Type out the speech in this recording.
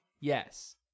Yes